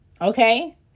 Okay